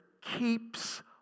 keeps